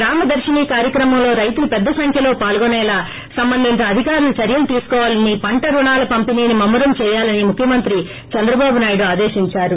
గ్రామ దర్పిని కార్యక్రమంలో రైతులు పెద్ద సంఖ్యలో పాల్గొసేలా సంబంధిత అధీకారులు చర్యలు తీసుకోవాలని పంట రుణాల పంపిణీని ముమ్మ రం చేయాలని ముఖ్యమంత్రి చంద్రబాబు నాయుడు ఆదేశించారు